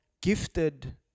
gifted